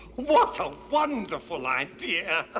what a wonderful idea.